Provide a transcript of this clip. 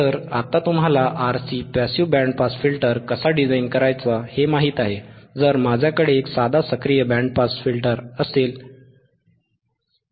तर आता तुम्हाला RC passive band pass filter कसा डिझाइन करायचा हे माहित आहे जर माझ्याकडे एक साधा सक्रिय बँड पास फिल्टर असेल तर